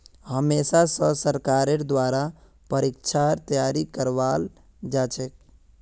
हमेशा स सरकारेर द्वारा परीक्षार तैयारी करवाल जाछेक